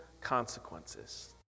consequences